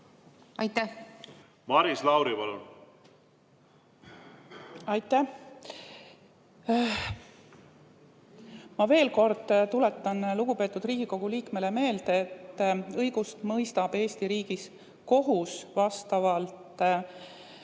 Ma veel kord tuletan lugupeetud Riigikogu liikmele meelde, et õigust mõistab Eesti riigis kohus vastavalt